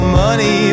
money